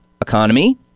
economy